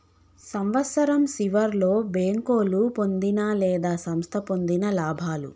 సంవత్సరం సివర్లో బేంకోలు పొందిన లేదా సంస్థ పొందిన లాభాలు